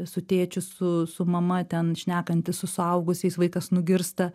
su tėčiu su su mama ten šnekantis su suaugusiais vaikas nugirsta